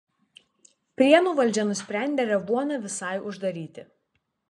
prienų valdžia nusprendė revuoną visai uždaryti